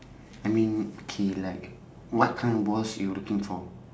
I mean K like what kind of boss you looking for